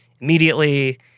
immediately